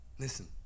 Listen